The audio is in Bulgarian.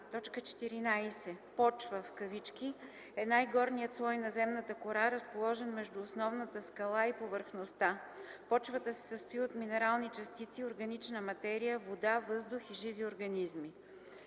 така: „14. „Почва“ е най-горният слой на земната кора, разположен между основната скала и повърхността. Почвата се състои от минерални частици, органична материя, вода, въздух и живи организми.”;